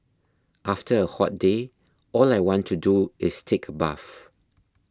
after a hot day all I want to do is take a bath